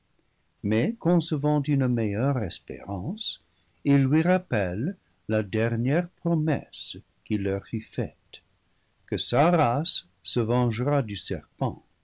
mais concevant une meilleur espérance il lui rappelle la dernière promesse qui leur fut faite que sa race se vengera du serpent